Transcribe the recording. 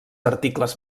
articles